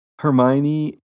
Hermione